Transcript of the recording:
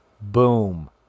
boom